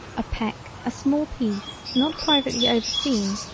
a peck a small piece not privately overseen,